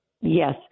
yes